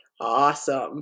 Awesome